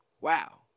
Wow